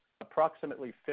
approximately